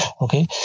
Okay